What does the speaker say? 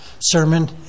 sermon